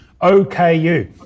OKU